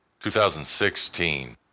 2016